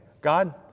God